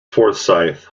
forsyth